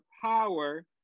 power